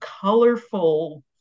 colorful